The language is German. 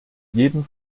jeden